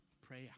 prayer